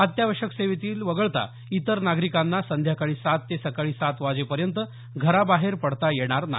अत्यावश्यक सेवेतील वगळता इतर नागरिकांना संध्याकाळी सात ते सकाळी सात वाजेपर्यंत घराबाहेर पडता येणार नाही